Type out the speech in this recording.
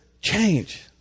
change